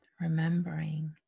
Remembering